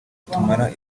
tumara